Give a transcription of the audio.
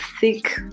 thick